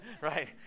right